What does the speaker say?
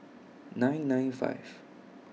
nine nine five